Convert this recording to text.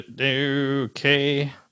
Okay